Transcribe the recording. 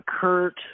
Kurt